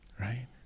right